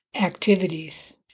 activities